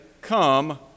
come